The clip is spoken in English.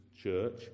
church